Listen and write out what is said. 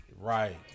Right